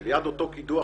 שליד אותו קידוח,